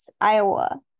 Iowa